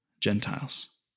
Gentiles